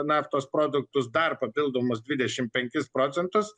naftos produktus dar papildomus dvidešim penkis procentus